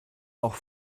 auch